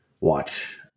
Watch